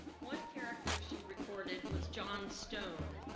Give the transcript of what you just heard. one character she recorded was john stone.